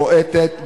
בועטת,